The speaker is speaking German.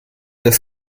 das